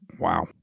Wow